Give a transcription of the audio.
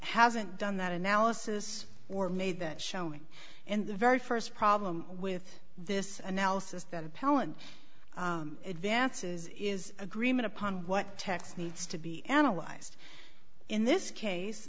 hasn't done that analysis or made that showing and the very first problem with this analysis that appellant advances is agreement upon what text needs to be analyzed in this case